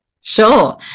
Sure